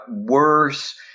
worse